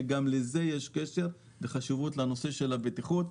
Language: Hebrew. שגם לזה יש כסף וחשיבות לנושא הבטיחות.